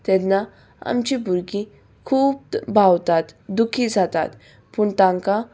तेन्ना आमची भुरगीं खूब भावतात दुखी जातात पूण तांकां